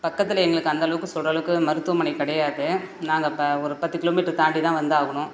பக்கத்தில் எங்களுக்கு அந்தளவுக்கு சொல்கிற அளவுக்கு மருத்துவமனை கிடையாது நாங்கள் இப்போ ஒரு பத்து கிலோமீட்டர் தாண்டி தான் வந்தாகணும்